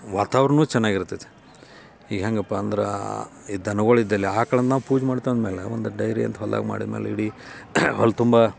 ವಾತಾವರ್ಣನೂ ಚೆನ್ನಾಗಿ ಇರ್ತತಿ ಈಗ ಹೇಗಪ್ಪ ಅಂದ್ರೆ ಈ ದನಗಳು ಇದ್ದಲ್ಲಿ ಆಕ್ಳನ್ನು ನಾವು ಪೂಜೆ ಮಾಡ್ತೇವೆ ಅಂದ ಮೇಲೆ ಒಂದು ಡೈರಿ ಅಂತ ಹೊಲ್ದಾಗೆ ಮಾಡಿದ ಮೇಲೆ ಇಡೀ ಹೊಲ್ದ ತುಂಬ